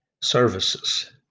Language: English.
services